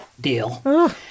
deal